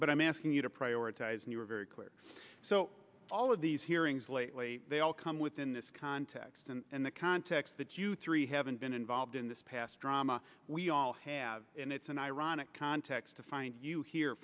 but i'm asking you to prioritize and you were very clear so all of these hearings lately they all come within this context and the context that you three haven't been involved in this past drama we all have and it's an ironic context to find you he